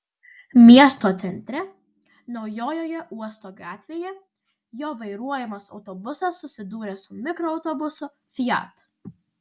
miesto centre naujojoje uosto gatvėje jo vairuojamas autobusas susidūrė su mikroautobusu fiat